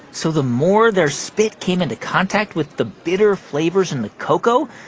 so the more their spit came into contact with the bitter flavors in the cocoa,